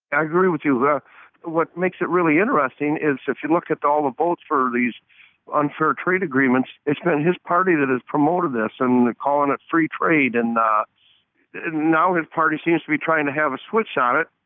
i agree with you. yeah what makes it really interesting is if you look at all the polls for these unfair trade agreements, it's been his party that has promoted this and calling it free trade. and now his party seems to be trying to have a switch on it.